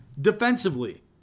Defensively